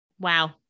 Wow